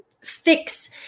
fix